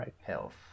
health